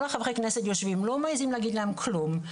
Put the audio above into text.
כל חברי הכנסת יושבים ולא מעיזים להגיד להם כלום,